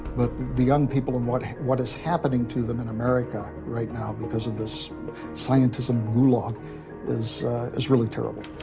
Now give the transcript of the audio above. but the young people and what what is happening to them in america right now because of this scientism gulag is is really terrible.